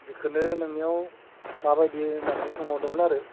बिखोनो नोंनियाव माबायदि होननानै सोंहरदोंमोन आरो